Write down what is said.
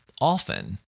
often